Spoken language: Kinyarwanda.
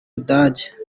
budage